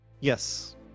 Yes